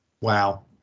Wow